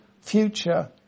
future